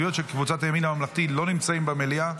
קבוצת הימין הממלכתי לא נמצאת במליאה.